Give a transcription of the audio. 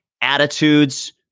attitudes